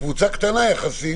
קבוצה קטנה יחסית